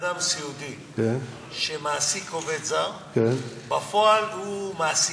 בן-אדם סיעודי שמעסיק עובד זר, בפועל הוא מעסיק.